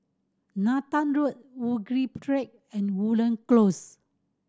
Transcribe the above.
Nathan Road Woodleigh Track and Woodland Close